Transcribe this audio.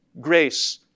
grace